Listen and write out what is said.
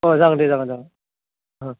अह जागोन दे जागोन जागोन